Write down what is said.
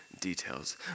details